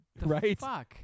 Right